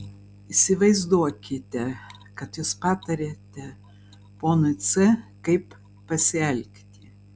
įsivaizduokite kad jūs patariate ponui c kaip pasielgti